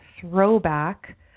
throwback